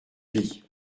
pis